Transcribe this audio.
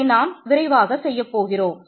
இதை நான் விரைவாக செய்யப்போகிறேன்